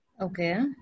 Okay